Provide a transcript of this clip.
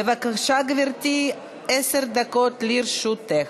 בבקשה, גברתי, עשר דקות לרשותך.